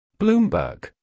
Bloomberg